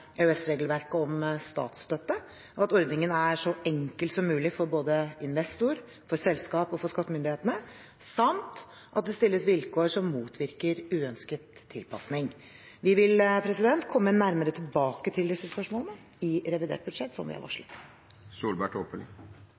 om statsstøtte, at ordningen er så enkel som mulig for både investor, selskap og skattemyndigheter, samt at det stilles vilkår som motvirker uønsket tilpasning. Vi vil komme nærmere tilbake til disse spørsmålene i revidert budsjett, som vi har varslet.